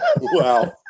Wow